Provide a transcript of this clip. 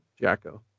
Jacko